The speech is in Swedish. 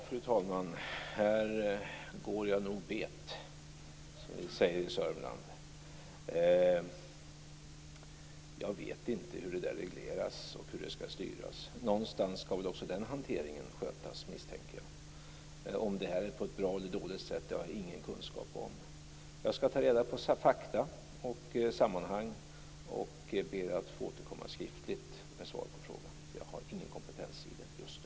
Fru talman! Här går jag nog bet, som vi säger i Södermanland. Jag vet inte hur det där regleras och hur det skall styras. Någonstans skall väl också den hanteringen skötas, misstänker jag. Om det här sker på ett bra eller dåligt sätt har jag ingen kunskap om. Jag skall ta reda på fakta och sammanhang, och jag ber att få återkomma skriftligt med svar på frågan. Jag har ingen kompetens i den just nu.